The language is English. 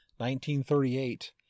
1938